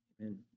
Amen